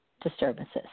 disturbances